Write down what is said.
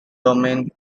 domain